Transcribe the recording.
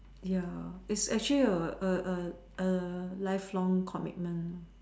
ya it's actually a a a a lifelong commitment